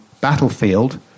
battlefield